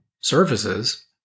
services